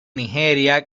nigeria